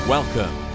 Welcome